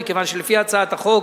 מכיוון שלפי הצעת החוק